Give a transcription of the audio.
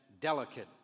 delicate